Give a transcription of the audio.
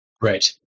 Right